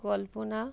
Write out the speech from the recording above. কল্পনা